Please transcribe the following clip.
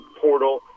portal